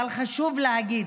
אבל חשוב להגיד: